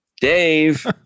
Dave